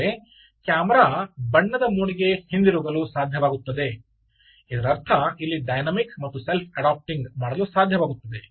ಅಂದರೆ ಕ್ಯಾಮೆರಾ ಬಣ್ಣದ ಮೋಡ್ಗೆ ಹಿಂತಿರುಗಲು ಸಾಧ್ಯವಾಗುತ್ತದೆ ಇದರರ್ಥ ಇಲ್ಲಿ ಡೈನಾಮಿಕ್ ಮತ್ತು ಸೆಲ್ಫ್ ಅಡಾಪ್ಟಿಂಗ್ ಮಾಡಲು ಸಾಧ್ಯವಾಗುತ್ತದೆ